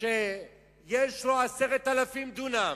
שיש לו 10,000 דונם